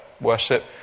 worship